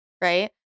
right